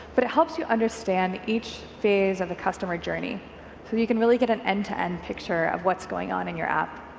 but it helps you understand each phase of the customer journey so that you can really get an end to end picture of what's going on in your app.